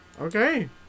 Okay